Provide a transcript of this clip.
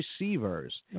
receivers